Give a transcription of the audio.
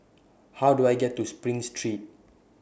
How Do I get to SPRING Street